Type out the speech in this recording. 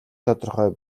тодорхой